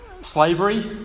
Slavery